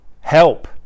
help